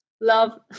love